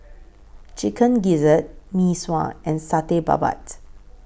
Chicken Gizzard Mee Sua and Satay Babat